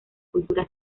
cultura